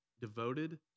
Devoted